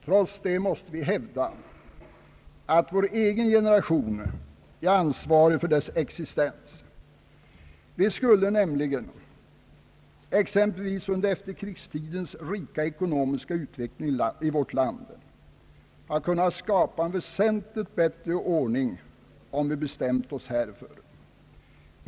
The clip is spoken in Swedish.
Trots det måste vi hävda att vår egen generation är ansvarig för dess existens, Vi skulle nämligen exempelvis under efterkrigstidens rika ekonomiska utveckling i vårt land ha kunnat skapa en väsentligt bättre ordning om vi bestämt oss härför.